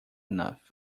enough